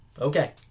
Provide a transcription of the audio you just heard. Okay